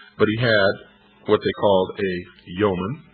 but he had what they called a yeoman.